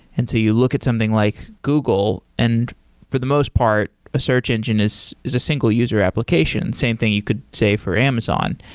and you look at something like google, and for the most part, a search engine is is a single user application. same thing you could say for amazon.